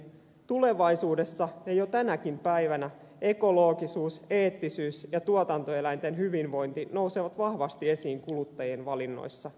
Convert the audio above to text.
tulevaisuudessa ja jo tänäkin päivänä ekologisuus eettisyys ja tuotantoeläinten hyvinvointi nousevat vahvasti esiin kuluttajien valinnoissa